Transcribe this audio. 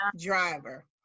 driver